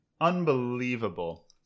unbelievable